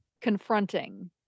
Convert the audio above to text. confronting